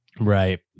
Right